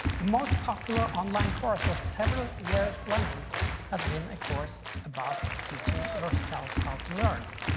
the most popular online course for several years running has been a course about teaching yourself how to learn.